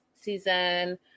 season